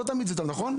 לא תמיד זה טוב, נכון?